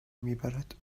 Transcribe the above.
میبرد